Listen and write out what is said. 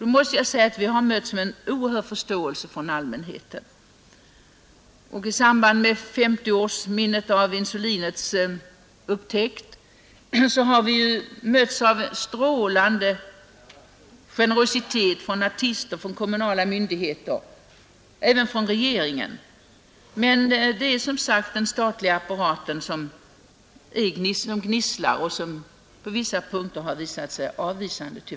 Diabetikerna har mötts med oerhörd förståelse från allmänheten. I samband med femtioårsminnet av insulinets upptäckt har vi mötts av en strålande generositet från artister, från kommunala myndigheter och även från regeringen. Men det är, som sagt, den statliga apparaten som gnisslar och som på vissa punkter tyvärr har varit avvisande.